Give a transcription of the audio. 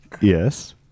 Yes